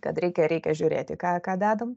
kad reikia reikia žiūrėti ką ką dedam